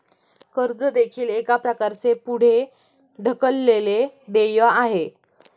कर्ज देखील एक प्रकारचे पुढे ढकललेले देय आहे